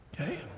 Okay